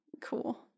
Cool